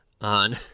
on